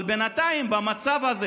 אבל בינתיים, במצב הזה